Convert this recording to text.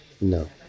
No